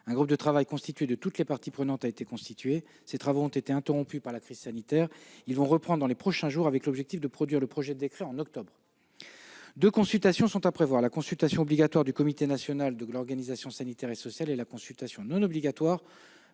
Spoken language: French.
un groupe de travail composé de toutes les parties prenantes a été constitué. Ses travaux, interrompus par la crise sanitaire, vont reprendre dans les prochains jours avec l'objectif de produire le projet de décret en octobre. Deux consultations sont à prévoir : celle, obligatoire, du Comité national de l'organisation sanitaire et sociale et celle, facultative,